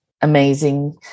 amazing